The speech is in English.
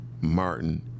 Martin